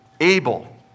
Abel